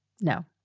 No